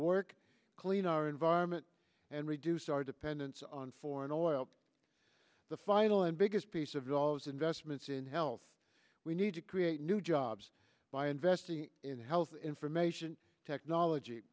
work clean our environment and reduce our dependence on foreign oil the final and biggest piece of all those investments in health we need to create new jobs by investing in health information technology